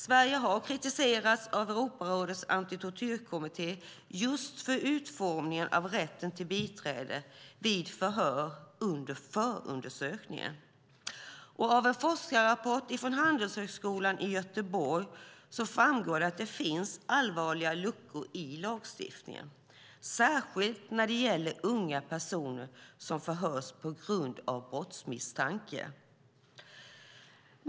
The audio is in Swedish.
Sverige har kritiserats av Europarådets antitortyrkommitté just för utformningen av rätten till biträde vid förhör under förundersökningen. Av en forskarrapport från Handelshögskolan i Göteborg framgår att det finns allvarliga luckor i lagstiftningen, särskilt när det gäller unga personer som förhörs på grund av brottsmisstanke.